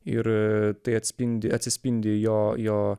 ir tai atspindi atsispindi jo jo